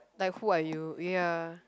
like who are you ya